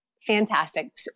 fantastic